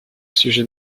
sujet